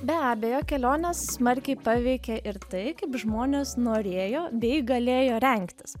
be abejo kelionės smarkiai paveikė ir tai kaip žmonės norėjo bei galėjo rengtis